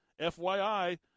FYI